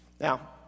Now